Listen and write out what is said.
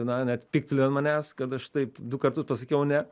na net pyktelėjo ant manęs kad aš taip du kartus pasakiau ne